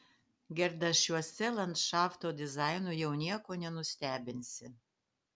gerdašiuose landšafto dizainu jau nieko nenustebinsi